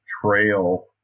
trail